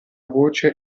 voce